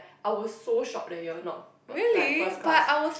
our so shock you are not like first class